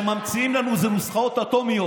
אנשים שממציאים לנו איזה נוסחאות אטומיות.